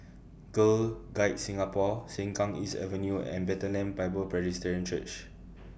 Girl Guides Singapore Sengkang East Avenue and Bethlehem Bible Presbyterian Church